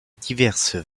diverses